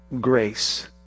grace